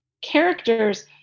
characters